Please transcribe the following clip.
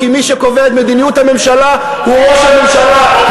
כי מי שקובע את מדיניות הממשלה הוא ראש הממשלה.